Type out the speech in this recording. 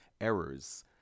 errors